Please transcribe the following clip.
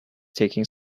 taking